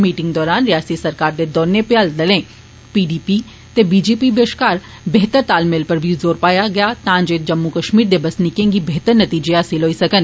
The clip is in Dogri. मीटिंग दौरान रिआसती सरकार दे दौनें भ्याल दलें पीडीपी जे बीजेपी बष्कार बेह्तर तालमेल पर बी जोर पाया गेआ तांजे जम्मू कष्मीर दे बसनीकें गी बेह्तर नतीजे हासल होई सकन